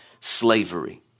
slavery